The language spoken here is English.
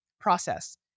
process